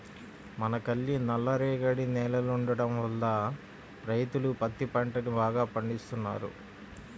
మనకల్లి నల్లరేగడి నేలలుండటం వల్ల రైతులు పత్తి పంటని బాగా పండిత్తన్నారు